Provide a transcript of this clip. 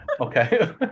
Okay